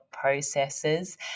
processes